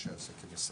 ואנשי עסקים ישראלים,